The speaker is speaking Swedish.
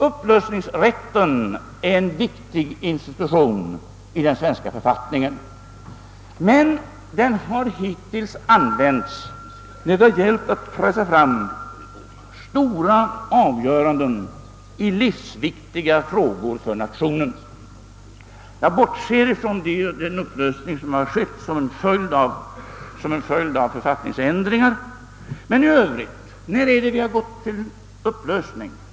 Upplösningsrätten är en viktig institution i den svenska författningen, men den har hittills använts när det gällt att pressa fram stora avgöranden i för nationen livsviktiga frågor. Jag bortser i detta sammanhang från den upplösning, vilken ägt rum som en följd av författningsändringar. Men när har vi i övrigt gått till riksdagsupplösning?